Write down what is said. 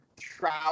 trout